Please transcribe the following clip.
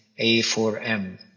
A4M